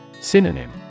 Synonym